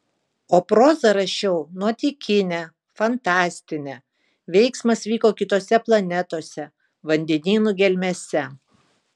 o prozą rašiau nuotykinę fantastinę veiksmas vyko kitose planetose vandenynų gelmėse